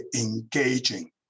engaging